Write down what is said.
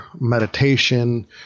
meditation